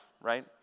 right